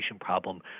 problem